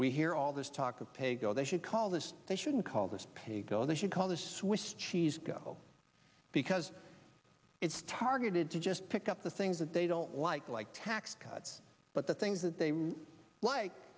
we hear all this talk of pay go they should call this they shouldn't call this pay go they should call the swiss cheese go because it's targeted to just pick up the things that they don't like like tax cuts but the things that they